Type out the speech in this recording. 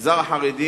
במגזר החרדי